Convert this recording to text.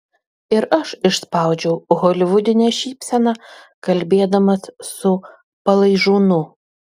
ir aš išspaudžiau holivudinę šypseną kalbėdamas su palaižūnu